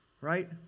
right